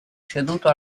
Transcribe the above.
ceduto